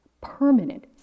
permanent